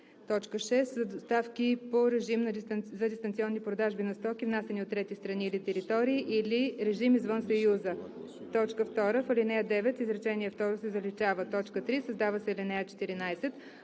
така: „6. за доставки по режим за дистанционни продажби на стоки, внасяни от трети страни или територии, или режим извън Съюза;“ 2. В ал. 9 изречение второ се заличава. 3. Създава се ал. 14: